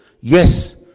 Yes